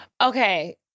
Okay